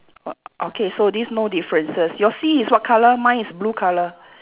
o~ okay so this no differences your sea is what colour mine is blue colour